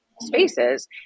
spaces